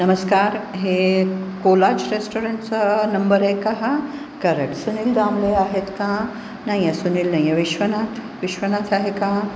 नमस्कार हे कोलाज रेस्टॉरंटचा नंबर आहे का हा करेक सुनील दामले आहेत का नाही आहे सुनील नाही आहे विश्वनाथ विश्वनाथ आहे का